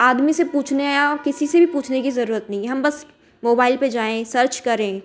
आदमी से पूछने या किसी से भी पूछने की ज़रूरत नहीं है हम बस मोबाइल पर जाएँ सर्च करें